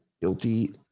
Guilty